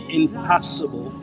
impossible